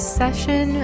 session